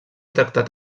tractat